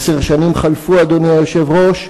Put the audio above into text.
עשר שנים חלפו, אדוני היושב-ראש,